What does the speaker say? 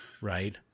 Right